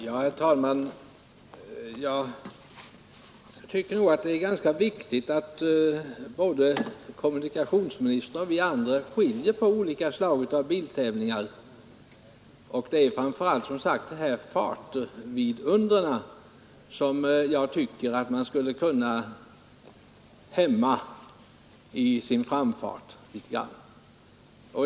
Herr talman! Jag tycker att det är ganska viktigt att både kommunikationsministern och vi andra skiljer på olika slag av biltävlingar, och jag tycker framför allt — som sagts — att fartvidundren skulle kunna hämmas litet i sin framfart.